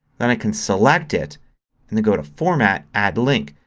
then i can select it and go to format, add link.